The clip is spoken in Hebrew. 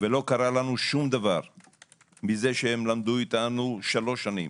ולא קרה לנו מזה דבר שהם למדו שלוש שנים.